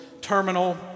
terminal